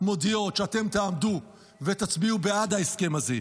מודיעים שאתם תעמדו ותצביעו בעד ההסכם הזה.